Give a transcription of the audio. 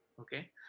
Okay